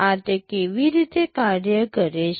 આ તે કેવી રીતે કાર્ય કરે છે